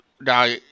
Now